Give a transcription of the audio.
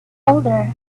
older